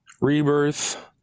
Rebirth